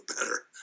better